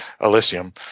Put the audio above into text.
Elysium